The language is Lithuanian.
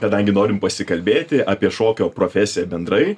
kadangi norim pasikalbėti apie šokio profesiją bendrai